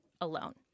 alone